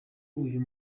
uyu